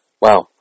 wow